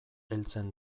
heltzen